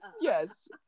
yes